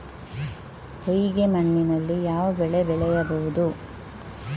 ಹೊಯ್ಗೆ ಮಣ್ಣಿನಲ್ಲಿ ಯಾವ ಬೆಳೆ ಬೆಳೆಯಬಹುದು?